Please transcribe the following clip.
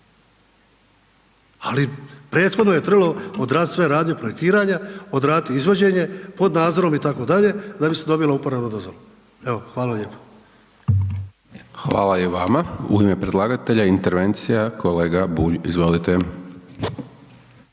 ali prethodno je trebalo odraditi sve radnje, projektiranja, odradit izvođenje pod nadzorom itd. da bi se dobila uporabna dozvola. Evo, hvala lijepo. **Hajdaš Dončić, Siniša (SDP)** Hvala i vama. U ime predlagatelja intervencija kolega Bulj, izvolite.